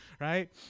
right